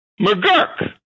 McGurk